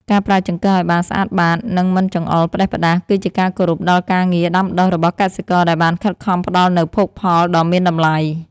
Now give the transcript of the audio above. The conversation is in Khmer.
ការប្រើចង្កឹះឱ្យបានស្អាតបាតនិងមិនចង្អុលផ្តេសផ្តាសគឺជាការគោរពដល់ការងារដាំដុះរបស់កសិករដែលបានខិតខំផ្តល់នូវភោគផលដ៏មានតម្លៃ។